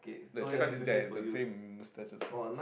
wait check out this guy he's got the same moustache also